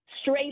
straight